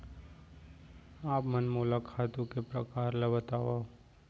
आप मन मोला खातू के प्रकार ल बतावव?